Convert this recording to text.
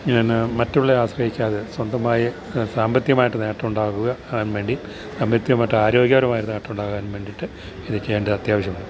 എന്നാ മറ്റുള്ള ആശ്രയിക്കാതെ സ്വന്തമായി സാമ്പത്തികമായിട്ട് നേട്ടമുണ്ടാക്കുവാന്വേണ്ടി സാമ്പത്തികമായിട്ട് ആരോഗ്യപരമായി നേട്ടമുണ്ടാകുവാൻ വേണ്ടിയിട്ട് ഇതു ചെയ്യേണ്ടത് അത്യാവശ്യമാണ്